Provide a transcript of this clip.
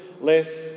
less